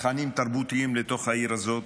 תכנים תרבותיים לתוך העיר הזאת,